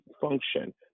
function